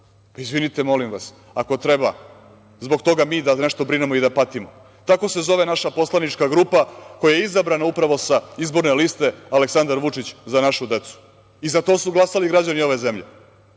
Izvinite, molim vas, ako treba zbog toga mi da nešto brinemo i da patimo. Tako se zove naša poslanička grupa koja je izabrana upravo sa izborne liste „Aleksandar Vučić – Za našu decu“ i za to su glasali građani ove zemlje.